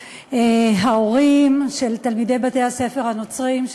ההורים של תלמידי בתי-הספר הנוצריים,